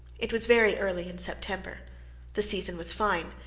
it was very early in september the season was fine,